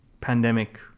pandemic